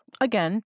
Again